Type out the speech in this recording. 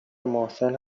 محسن